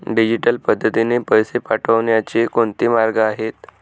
Digital पद्धतीने पैसे पाठवण्याचे कोणते मार्ग आहेत?